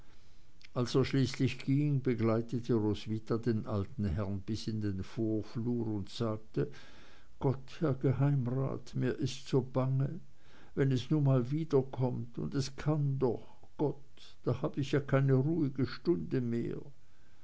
als er schließlich ging begleitete roswitha den alten herrn bis in den vorflur und sagte gott herr geheimrat mir ist so bange wenn es nu mal wiederkommt und es kann doch gott da hab ich ja keine ruhige stunde mehr